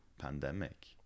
pandemic